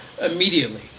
immediately